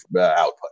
output